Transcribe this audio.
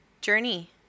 journey